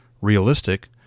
Realistic